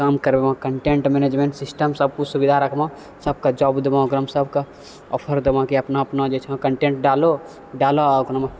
काम करैबऽ content management सिस्टमसब किछु सुविधा रखबऽ सबके जॉब देबऽ ओकरामे सबके ऑफर देबऽ कि अपना अपना जे छै कन्टेन्ट डालो डालो आओर ओकरामे